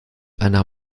einer